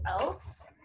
else